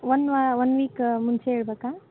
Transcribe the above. ಒಂದು ವಾ one week ಮುಂಚೆ ಹೇಳ್ಬೇಕಾ